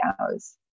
hours